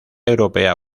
europea